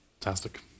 fantastic